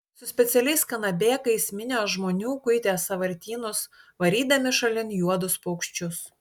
su specialiais kanabėkais minios žmonių kuitė sąvartynus varydami šalin juodus paukščius